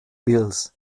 bills